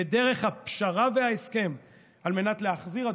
בדרך הפשרה וההסכם על מנת להחזיר את